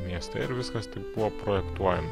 mieste ir viskas taip buvo projektuojama